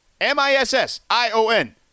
m-i-s-s-i-o-n